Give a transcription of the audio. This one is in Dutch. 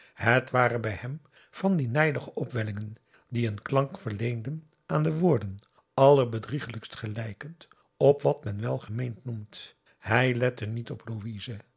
het waren bij hem van die nijdige opwellingen die een klank verleenden aan de woorden allerbedriegelijkst gelijkend op wat men welgemeend noemt hij lette niet op louise